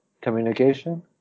communication